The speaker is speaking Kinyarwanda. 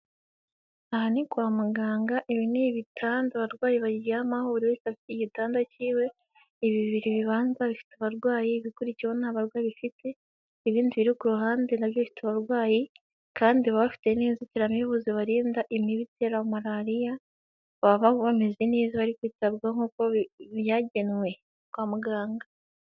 Aha ni kwa muganga, ibi ni ibitanda abarwayi baryamaho buri wese afite igitanda cy'iwe, ibi bibiri bibanza bifite abarwayi, ibikurikiho nta barwayi bifite, ibindi biri ku ruhande na byo bifite abarwayi kandi bafite n'inzitiramibu zibarinda imibu itera Marariya, baba bameze neza bari kwitabwaho nk'uko byagenwe kwa muganga.